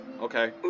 okay